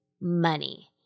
money